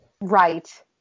Right